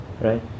right